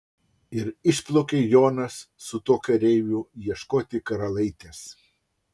ir išplaukė jonas su tuo kareiviu ieškoti karalaitės